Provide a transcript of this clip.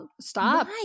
Stop